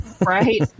right